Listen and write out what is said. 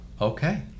Okay